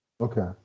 Okay